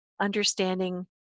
understanding